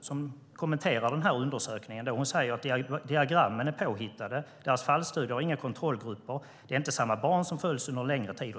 som kommenterar undersökningen, Christine Rossell, säger: "Diagrammen är påhittade, deras fallstudier har inga kontrollgrupper och det är inte samma barn som följs under en längre tid."